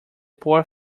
poor